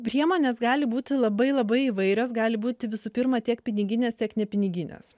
priemonės gali būti labai labai įvairios gali būti visų pirma tiek piniginės tiek nepiniginės